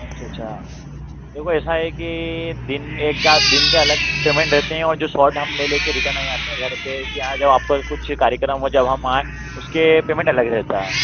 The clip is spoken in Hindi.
अच्छा अच्छा देखो ऐसा है कि दिन एकाध दिन के अलग पेमेंट रहते हैं और जो शॉट हम ले ले के रिटर्न नहीं आते घर पे कि आ जाओ आपका कुछ कार्यक्रम हो जब हम आएं उसके पेमेंट अलग रहता है